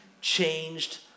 changed